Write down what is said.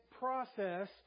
process